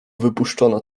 wypuszczono